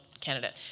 candidate